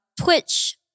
Twitch